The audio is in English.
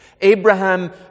Abraham